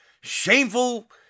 shameful